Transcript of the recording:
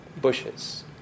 bushes